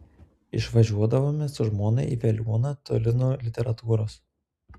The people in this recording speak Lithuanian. išvažiuodavome su žmona į veliuoną toli nuo literatūros